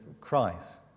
Christ